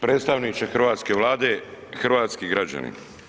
Predstavniče hrvatske Vlade i hrvatski građani.